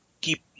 keep